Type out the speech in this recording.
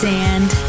Sand